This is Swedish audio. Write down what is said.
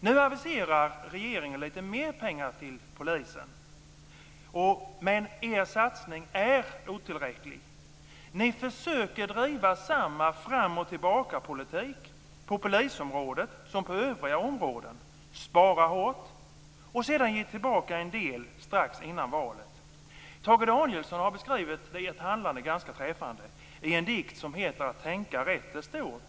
Nu aviserar regeringen litet mer pengar till polisen, men den satsningen är otillräcklig. Ni försöker driva samma fram-och-tillbaka-politik på polisområdet som på övriga områden, dvs. att spara hårt och sedan ge tillbaka en del strax innan valet. Tage Danielsson har beskrivit ert handlande ganska träffande i en dikt som heter Att tänka rätt är stort.